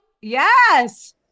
Yes